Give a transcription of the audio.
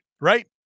Right